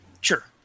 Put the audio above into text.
Sure